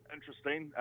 interesting